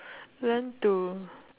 learn to